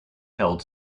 held